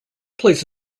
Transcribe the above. plays